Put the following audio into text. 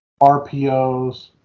RPOs